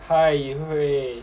hi yihui